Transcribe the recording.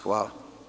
Hvala.